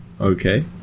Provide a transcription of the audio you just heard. Okay